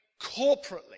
corporately